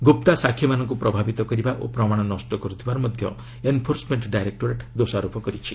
ଗୁପ୍ତା ସାକ୍ଷୀମାନଙ୍କୁ ପ୍ରଭାବିତ କରିବା ଓ ପ୍ରମାଣ ନଷ୍ଟ କରୁଥିବାର ମଧ୍ୟ ଏନ୍ଫୋର୍ସମେଣ୍ଟ ଡାଇରେକ୍ଟୋରେଟ୍ ଦୋଷାରୋପ କରିଛି